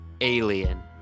Alien